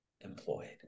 employed